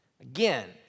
Again